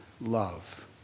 love